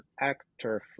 actor